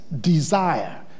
desire